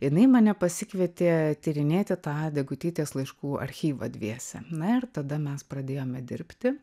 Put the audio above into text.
jinai mane pasikvietė tyrinėti tą degutytės laiškų archyvą dviese na ir tada mes pradėjome dirbti